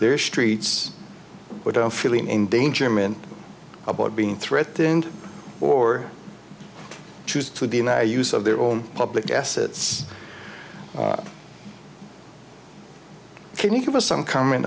they're streets without feeling endangerment about being threatened or choose to deny use of their own public assets can you give us some comment